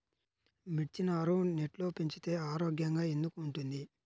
మిర్చి నారు నెట్లో పెంచితే ఆరోగ్యంగా ఎందుకు ఉంటుంది?